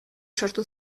sortu